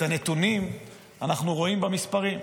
את הנתונים אנחנו רואים במספרים,